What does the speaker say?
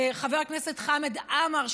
כחבר הכנסת חמד עמאר,